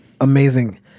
amazing